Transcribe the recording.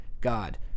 God